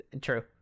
True